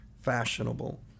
fashionable